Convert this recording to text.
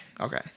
okay